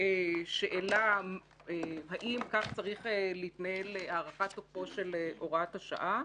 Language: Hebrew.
בשאלה אם כך צריך להתנהל הארכת תוקפה של הוראת השעה.